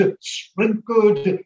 sprinkled